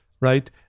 right